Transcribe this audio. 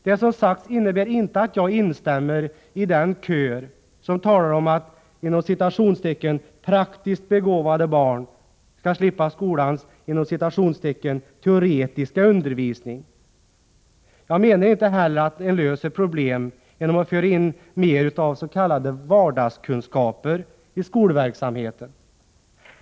Det som sagts innebär inte att jag instämmer i den kör som talar om att ”praktiskt begåvade barn” skall slippa skolans ”teoretiska undervisning”. Jag menar inte heller att man löser problemen genom att föra in mer av s.k. vardagskunskaper i skolverksamheten.